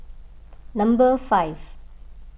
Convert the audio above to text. number five